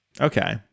Okay